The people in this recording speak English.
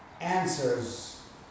answers